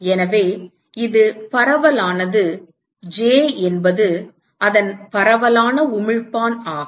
எனவே இது பரவலானது j என்பது அதன் பரவலான உமிழ்ப்பான் ஆகும்